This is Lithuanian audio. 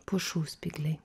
pušų spygliai